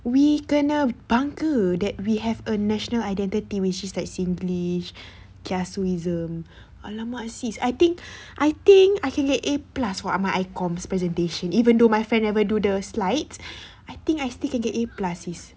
we kena bangga that we have a national identity which is like singlish kiasuism !alamak! sis I think I think I can get A plus for my econs presentation even though my friend never do the slides I think I still can get A plus sis